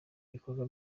ibikorwa